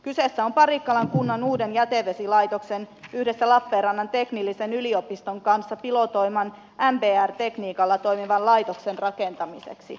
kyseessä on määräraha parikkalan kunnan uuden jätevesilaitoksen yhdessä lappeenrannan teknillisen yliopiston kanssa pilotoiman mbr tekniikalla toimivan laitoksen rakentamiseksi